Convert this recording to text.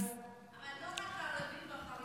לא רק ערבים וחרדים.